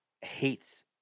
hates